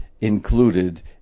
included